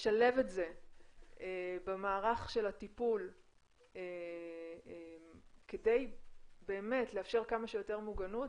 לשלב את זה במערך של הטיפול כדי באמת לאפשר כמה שיותר מוגנות,